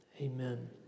Amen